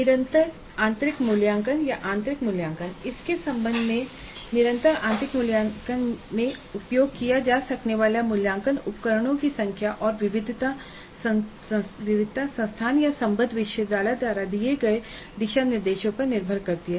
निरंतर आंतरिक मूल्यांकन या आंतरिक मूल्यांकन इसके संबंध में निरंतर आंतरिक मूल्यांकन में उपयोग किए जा सकने वाले मूल्यांकन उपकरणों की संख्या और विविधता संस्थान या संबद्ध विश्वविद्यालय द्वारा दिए किए गए दिशानिर्देशों पर निर्भर करती है